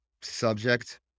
subject